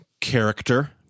character